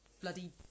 bloody